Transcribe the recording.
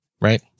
right